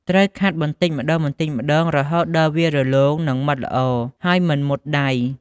ត្រូវខាត់បន្តិចម្តងៗរហូតដល់វារលោងនិងម៉ដ្ឋល្អ ហើយមិនមុតដៃ។